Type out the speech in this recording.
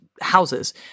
houses